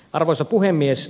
arvoisa puhemies